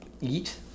eat